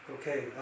okay